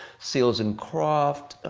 seals and crofts,